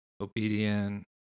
obedient